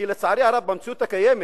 כי לצערי הרב, במציאות הקיימת,